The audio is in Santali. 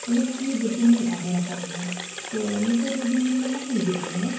ᱵᱟᱹᱛᱤᱢᱟᱧ ᱟᱫᱮᱨ ᱟᱠᱟᱫ ᱜᱮᱭᱟ ᱛᱳ ᱠᱚᱢᱟ ᱵᱟᱠᱚ ᱦᱤᱡᱩᱜ ᱠᱟᱱ ᱫᱚ